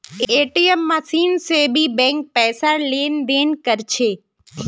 ATM machine से भी bank पैसार लेन देन कर छे